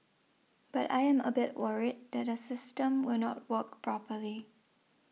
but I am a bit worried that the system will not work properly